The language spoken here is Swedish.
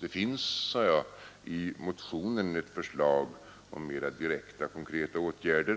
Det finns, sade jag, i motionen ett förslag om mera direkta konkreta åtgärder.